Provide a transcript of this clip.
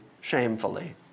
shamefully